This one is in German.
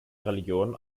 religion